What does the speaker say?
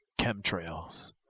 Chemtrails